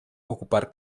ocupar